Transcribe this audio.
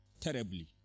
terribly